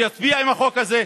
שיצביע עם החוק הזה,